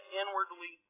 inwardly